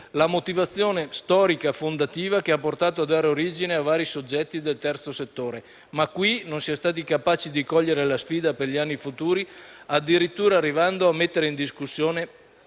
la motivazione storica fondativa che ha portato a dare origine a vari soggetti del terzo settore; ma qui non si è stati capaci di cogliere la sfida per gli anni futuri, addirittura arrivando a mettere in discussione